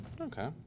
Okay